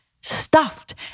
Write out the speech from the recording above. stuffed